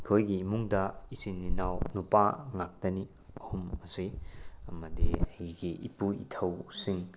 ꯑꯩꯈꯣꯏꯒꯤ ꯏꯃꯨꯡꯗ ꯏꯆꯤꯟ ꯏꯅꯥꯎ ꯅꯨꯄꯥ ꯉꯥꯛꯇꯅꯤ ꯑꯍꯨꯝ ꯑꯁꯤ ꯑꯃꯗꯤ ꯑꯩꯒꯤ ꯏꯄꯨ ꯏꯙꯧꯁꯤꯡ